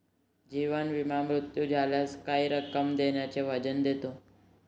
जीवन विमा मृत्यू झाल्यास काही रक्कम देण्याचे वचन देतो